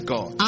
God